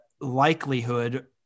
likelihood